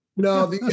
No